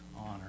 honor